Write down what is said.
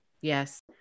Yes